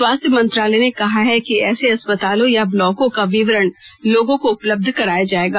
स्वास्थ्य मंत्रालय ने कहा है कि ऐसे अस्पतालों या ब्लॉकों का विवरण लोगों को उपलब्ध कराया जाएगा